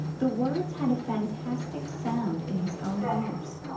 the words had a fantastic sound in his own ears.